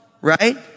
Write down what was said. right